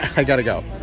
i got to go